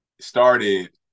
started